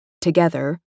together